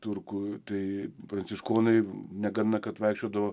turkų tai pranciškonai negana kad vaikščiodavo